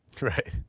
Right